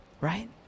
right